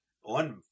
one